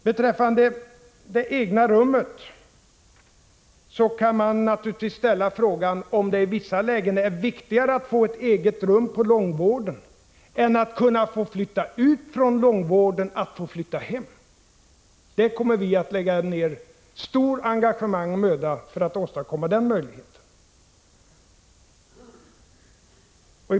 Beträffande det egna rummet kan man naturligtvis ställa frågan om det är viktigare att få ett eget rum på långvården än att kunna få flytta hem från långvården. Vi kommer att lägga ned stort engagemang och stor möda för att åstadkomma en sådan möjlighet.